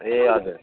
ए हजुर